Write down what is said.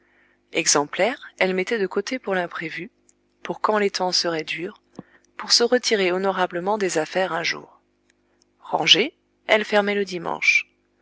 exemplaires elles mettaient de côté pour l'imprévu pour quand les temps seraient durs pour se retirer honorablement des affaires un jour rangées elles fermaient le dimanche